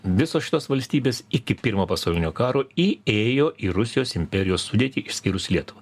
visos šitos valstybės iki pirmo pasaulinio karo įėjo į rusijos imperijos sudėtį išskyrus lietuvą